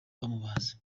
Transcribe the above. bamubaze